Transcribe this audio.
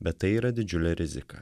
bet tai yra didžiulė rizika